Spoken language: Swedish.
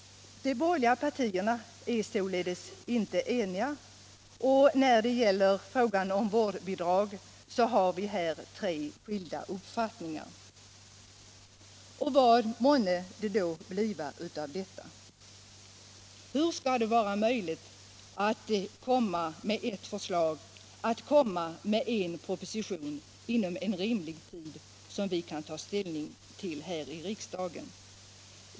De borgerliga partierna är således inte eniga. När det gäller vårdbidrag har vi tre olika förslag. Vad månde det då bliva av detta? Hur skall det vara möjligt att inom en rimlig tid komma med ert förslag i en proposition som vi kan ta ställning till här i riksdagen?